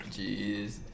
Jeez